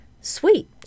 Sweet